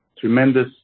Tremendous